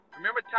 Remember